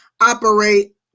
operate